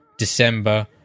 December